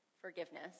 forgiveness